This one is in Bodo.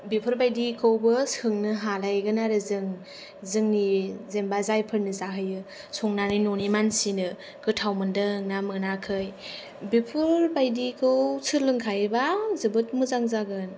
बेफोरबादिखौबो सोंनो हानायगोन आरो जों जोंनि जेन'बा जायफोरनो जाहोयो संनानै न'नि मानसिनो गोथाव मोनदों ना मोनाखै बेफोरबादिखौ सोलोंखायोब्ला जोबोद मोजां जागोन